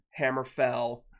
Hammerfell